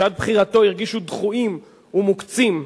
שעד בחירתו הרגישו דחויים ומוקצים,